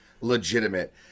legitimate